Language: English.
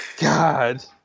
God